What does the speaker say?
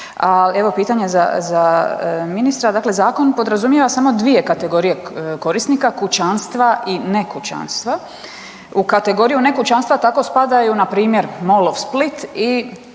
evo pitanje za ministra, dakle zakon podrazumijeva samo dvije kategorije korisnika, kućanstva i ne kućanstva. U kategoriju ne kućanstva tako spadaju npr. Molov Split i